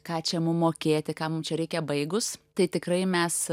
ką čia mum mokėti kam mum čia reikia baigus tai tikrai mes